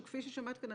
שכפי ששמעת כאן,